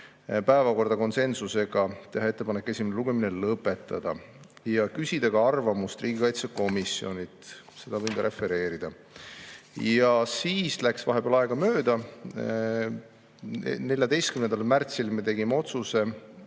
päevakorda, konsensusega, teha ettepanek esimene lugemine lõpetada ja küsida arvamust riigikaitsekomisjonilt. Seda võin ka refereerida. Vahepeal läks aega mööda. 14. märtsil me tegime otsuse